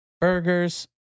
burgers